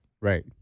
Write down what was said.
Right